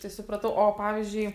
tai supratau o pavyzdžiui